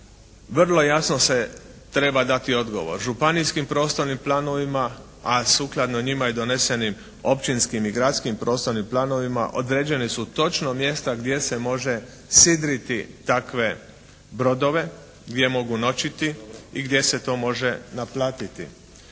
Vrlo jasno se treba dati odgovor županijskim prostornim planovima, a sukladno njima i donesenim općinskim i gradskim prostornim planovima određene su točno mjesta gdje se može sidriti takve brodove, gdje mogu noćiti i gdje se to može naplatiti.